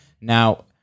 Now